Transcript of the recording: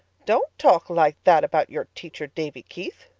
don't talk like that about your teacher, davy keith,